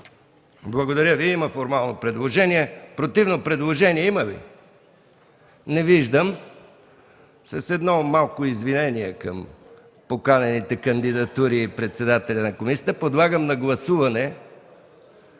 Благодаря Ви. Има направено формално предложение. Противно предложение има ли? Не виждам. С извинение към поканените кандидати и към председателя на комисията, подлагам на гласуване